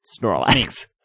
Snorlax